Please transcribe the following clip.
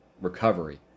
recovery